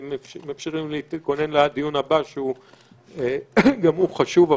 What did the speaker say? וממשיכים להתכונן לדיון הבא שגם הוא חשוב.